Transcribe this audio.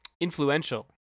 influential